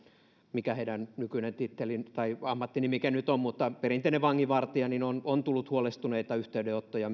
mikä heidän nykyinen tittelinsä tai ammattinimikkeensä on mutta perinteinen vanginvartija on on tullut huolestuneita yhteydenottoja